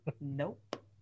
Nope